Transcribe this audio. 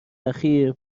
اخیر